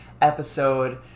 episode